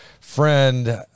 friend